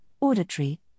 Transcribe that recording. auditory